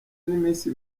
n’iminsi